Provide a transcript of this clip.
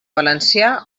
valencià